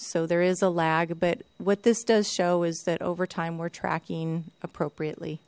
so there is a lag but what this does show is that over time we're tracking appropriately